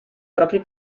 propri